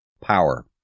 Power